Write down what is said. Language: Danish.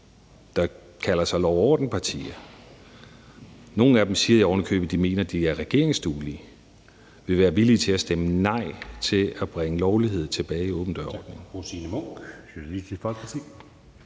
der kalder sig lov og orden-partier – og nogle af dem siger jo oven i købet, at de mener, at de regeringsduelige – vil være villige til at stemme nej til at bringe lovlighed tilbage i åben dør-ordningen.